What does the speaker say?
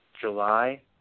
July